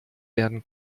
werden